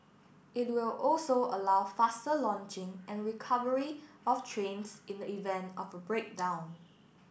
it will also allow faster launching and recovery of trains in the event of a breakdown